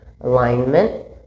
alignment